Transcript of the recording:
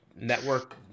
Network